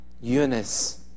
Eunice